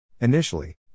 Initially